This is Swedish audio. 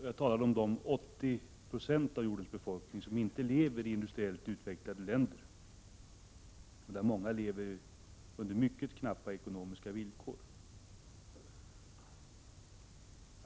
Jag talade om de 80 96 av jordens befolkning som inte lever i industriellt utvecklade länder utan under mycket knappa ekonomiska villkor.